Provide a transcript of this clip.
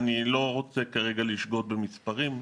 אני לא רוצה כרגע לשגות במספרים.